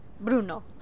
Bruno